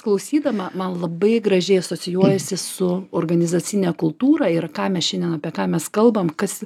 klausydama man labai gražiai asocijuojasi su organizacine kultūra ir ką mes šiandien apie ką mes kalbam kas